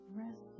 rest